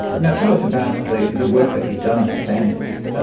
and tell us about the the work that you've done with families,